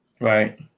Right